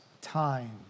time